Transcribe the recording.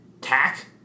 Tack